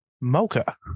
mocha